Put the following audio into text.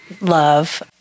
love